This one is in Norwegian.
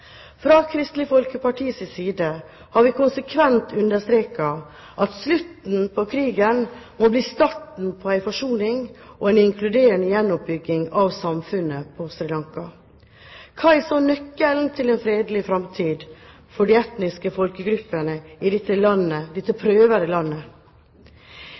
Fra Kristelig Folkepartis side har vi konsekvent understreket at slutten på krigen må bli starten på en forsoning og en inkluderende gjenoppbygging av samfunnet på Sri Lanka. Hva er så nøkkelen til en fredelig framtid for de etniske folkegruppene i dette prøvede landet?